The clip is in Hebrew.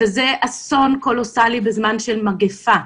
וזה אסון קולוסלי בזמן של מגפה.